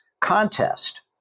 contest